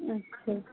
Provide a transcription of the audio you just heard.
ਅੱਛਾ